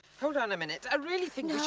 hold on a minute, i really think